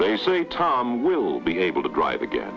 they say tom will be able to drive again